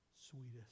sweetest